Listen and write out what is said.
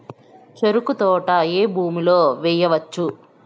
చెరుకు తోట ఏ భూమిలో వేయవచ్చు?